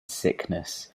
sickness